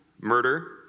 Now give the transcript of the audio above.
murder